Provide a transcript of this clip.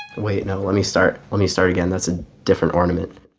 wait. no. let me start let me start again. that's a different ornament